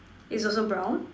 is also brown